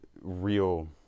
real